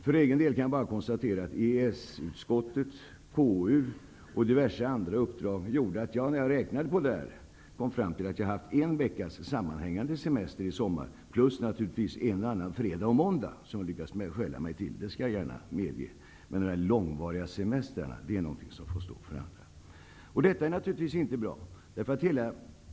För egen del kan jag bara konstatera att uppdrag i EES-utskottet och KU samt diverse andra uppdrag gör att jag, efter att ha räknat på det här, kommit fram till att jag hade en veckas sammanhängande semester i somras. Naturligtvis är det också, det skall jag gärna medge, en och annan fredag och måndag som jag lyckats stjäla mig till. Men det här med långvariga semestrar är något som får stå för andra. Detta är naturligtvis inte bra.